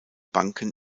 banken